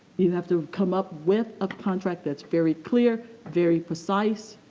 you have to come up with a contract that's very clear, very precise,